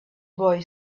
boy